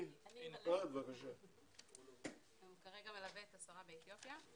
הוא כרגע מלווה את השרה באתיופיה.